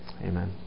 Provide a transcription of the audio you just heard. Amen